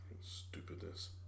Stupidness